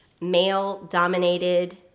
male-dominated